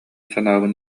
санаабын